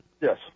Yes